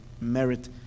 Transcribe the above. merit